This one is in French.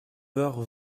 heures